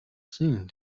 seem